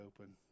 open